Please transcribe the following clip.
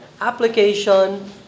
application